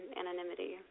anonymity